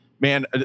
Man